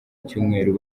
icyumweru